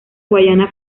guayana